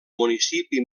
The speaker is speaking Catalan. municipi